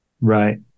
Right